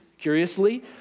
curiously